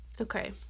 Okay